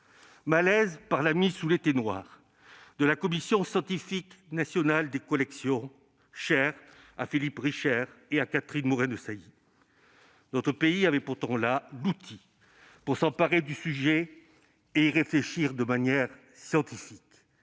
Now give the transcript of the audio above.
renforcé par la mise en extinction de la Commission scientifique nationale des collections, chère à Philippe Richert et à Catherine Morin-Desailly. Notre pays avait pourtant là l'outil pour s'emparer du sujet et y réfléchir de manière scientifique.